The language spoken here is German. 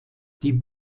die